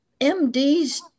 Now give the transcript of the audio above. MDs